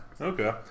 Okay